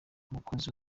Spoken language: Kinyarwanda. umukozi